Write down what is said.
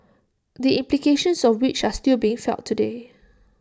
the implications of which are still being felt today